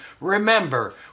remember